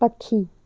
पखी